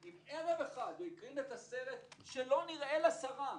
אם ערב אחד הוא הקרין את הסרט שלא נראה לשרה,